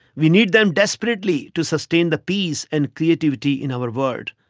we need them desperately to sustain the peace and creativity in our world.